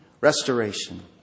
Restoration